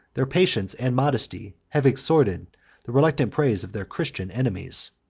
their patience and modesty, have extorted the reluctant praise of their christian enemies.